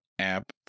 app